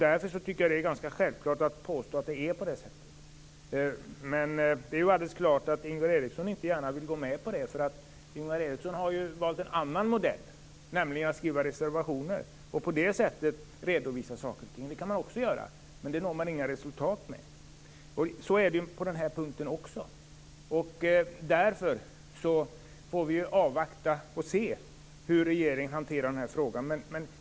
Jag tycker att det är självklart att påstå att det är på det sättet. Men Ingvar Eriksson vill förstås inte gärna gå med på det eftersom han har valt en annan modell, nämligen att skriva reservationer och på det sättet redovisa saker och ting. Det kan man också göra, men man når inga resultat med det - inte heller på den här punkten. Därför får vi avvakta och se hur regeringen hanterar frågan.